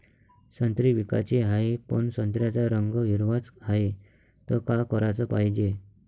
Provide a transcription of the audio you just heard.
संत्रे विकाचे हाये, पन संत्र्याचा रंग हिरवाच हाये, त का कराच पायजे?